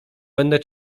będę